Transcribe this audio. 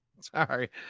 Sorry